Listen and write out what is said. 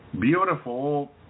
Beautiful